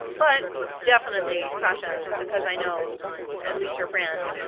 but definitely, tasha, because i know at least your brand,